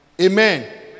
Amen